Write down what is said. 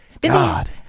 God